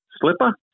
Slipper